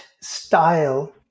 style